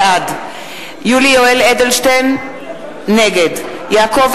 תצא, תירגע